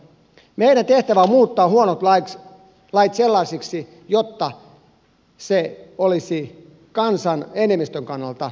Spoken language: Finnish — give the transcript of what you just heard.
meidän tehtävämme on muuttaa huonot lait sellaisiksi että se olisi kansan enemmistön kannalta hyväksyttävää